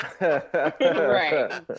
Right